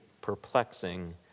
perplexing